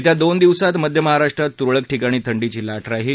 येत्या दोन दिवसात मध्य महाराष्ट्रात तुरळक ठिकाणी थंडीची ला राहील